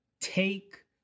take